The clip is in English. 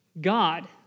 God